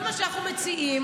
כל מה שאנחנו מציעים,